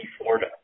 Florida